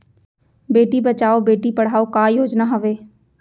बेटी बचाओ बेटी पढ़ाओ का योजना हवे?